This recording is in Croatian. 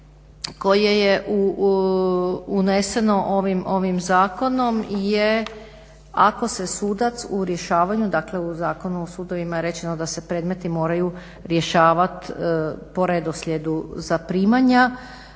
koje je uneseno ovim zakonom je ako se sudac u rješavanju, dakle u Zakonu o sudovima je rečeno da se predmeti moraju rješavati po redoslijedu zaprimanja